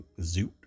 zoot